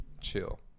chill